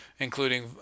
Including